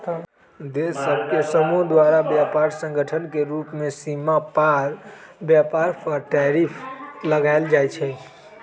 देश सभ के समूह द्वारा व्यापार संगठन के रूप में सीमा पार व्यापार पर टैरिफ लगायल जाइ छइ